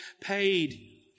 paid